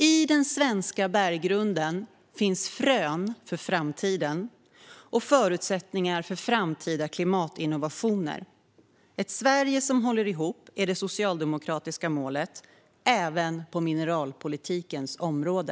I den svenska berggrunden finns frön för framtiden och förutsättningar för framtida klimatinnovationer. Ett Sverige som håller ihop är det socialdemokratiska målet, även på mineralpolitikens område.